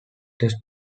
test